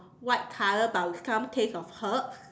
white color but with some taste of herb